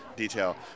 detail